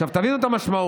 עכשיו, תבינו את המשמעות: